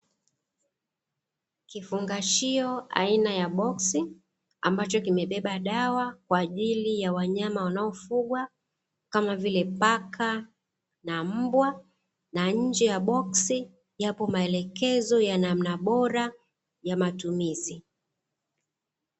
Kifungashio aina ya boksi ambacho kimebeba dawa, kwa ajili ya wanyama wanaofugwa kama vile paka na mbwa, na nje ya boksi yapo maelekezo ya namna bora ya matumizi.